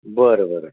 बरं बरं